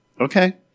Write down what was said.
Okay